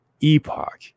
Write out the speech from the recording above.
epoch